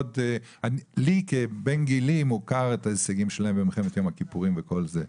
לי כבן גילי מוכרים ההישגים שלהם במלחמת יום הכיפורים וכל זה.